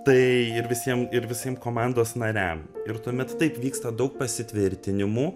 tai ir visiem ir visiem komandos nariam ir tuomet taip vyksta daug pasitvirtinimų